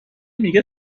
میگه